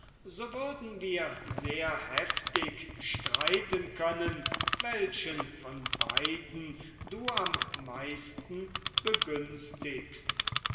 so würden wir sehr heftig streiten können welchen von beiden du am meisten begünstigst